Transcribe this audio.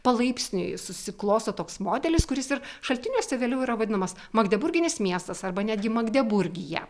palaipsniui susiklosto toks modelis kuris ir šaltiniuose vėliau yra vadinamas magdeburginis miestas arba netgi magdeburgija